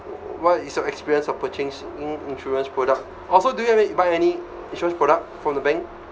what is your experience of purchasing insurance product also do you have any buy any insurance product from the bank